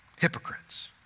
hypocrites